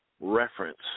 reference